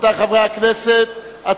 63 בעד, אין מתנגדים ואין נמנעים.